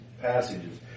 passages